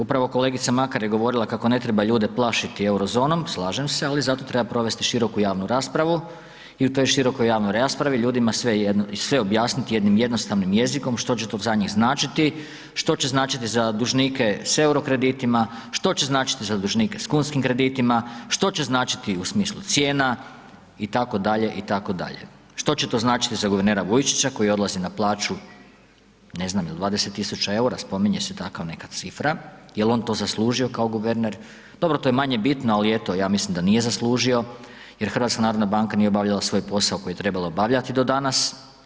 Upravo kolegica Makar je govorila kako ne treba ljude plašiti euro zonom, slažem se, ali zato treba provesti široku javnu raspravu i u toj širokoj javnoj raspravi ljudima sve objasniti jednim jednostavnim jezikom, što će to za njih značiti, što će znači za dužnike s EUR-o kreditima, što će značiti za dužnike s kunskim kreditima, što će značiti u smislu cijena itd., itd., što će to značiti za guvernera Vujčića koji odlazi na plaću ne znam jel 20.000 EUR-a, spominje se takva neka cifra, jel on to zaslužio kao guverner, dobro to je manje bitno, ali eto ja mislim da nije zaslužio jer HNB nije obavljala svoj posao koji je trebala obavljati do danas.